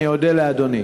אני אודה לאדוני.